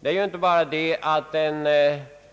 Det är inte bara det att en